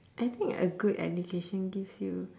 I think a good education gives you